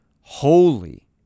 holy